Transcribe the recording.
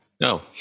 No